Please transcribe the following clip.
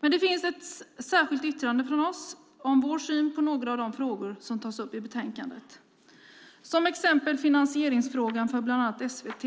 Det finns ändå ett särskilt yttrande från oss om vår syn på några av de frågor som tas upp i betänkandet, till exempel finansieringsfrågan för bland annat SVT.